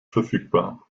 verfügbar